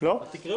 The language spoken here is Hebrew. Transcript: חברים,